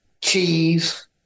cheese